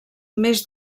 més